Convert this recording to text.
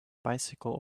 bicycle